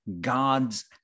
God's